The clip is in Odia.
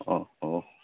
ଓ ହୋ